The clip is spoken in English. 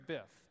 Biff